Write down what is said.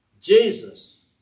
Jesus